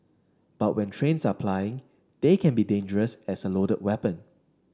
but when trains are plying they can be as dangerous as a loaded weapon